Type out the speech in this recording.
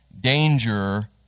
danger